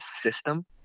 system